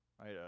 right